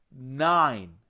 nine